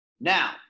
Now